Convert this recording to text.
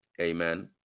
amen